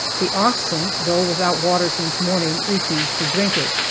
the oxen, though without water since morning, refused to drink it,